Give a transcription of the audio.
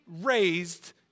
raised